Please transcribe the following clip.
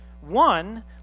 One